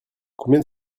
combien